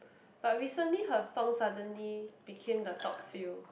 but recently her song suddenly became the top few